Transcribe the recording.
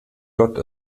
gott